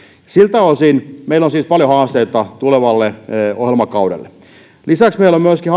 siltä osin meillä on siis paljon haasteita tulevalle ohjelmakaudelle lisäksi meillä on haasteita myöskin